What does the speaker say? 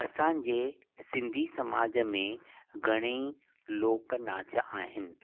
असांजे सिंधी समाज में घणेई लोकनाच आहिनि